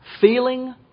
Feeling